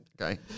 okay